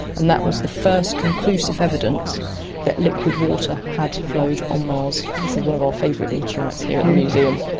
and that was the first conclusive evidence that liquid water had flowed on mars. and this is one of our favourite meteorites here at the museum.